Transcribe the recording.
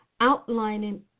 outlining